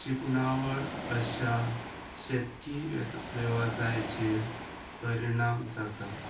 शिपणावळ अशा शेतकी वेवस वेवसायाचेर परिणाम जाता